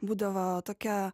būdavo tokia